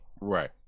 right